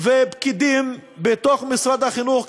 ופקידים בתוך משרד החינוך,